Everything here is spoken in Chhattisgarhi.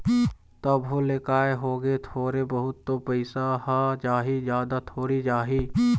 तभो ले काय होगे थोरे बहुत तो पइसा ह जाही जादा थोरी जाही